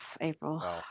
April